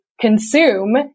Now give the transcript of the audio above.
consume